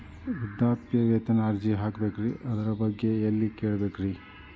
ವೃದ್ಧಾಪ್ಯವೇತನ ಅರ್ಜಿ ಹಾಕಬೇಕ್ರಿ ಅದರ ಬಗ್ಗೆ ಎಲ್ಲಿ ಕೇಳಬೇಕ್ರಿ?